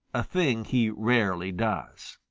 a thing he rarely does.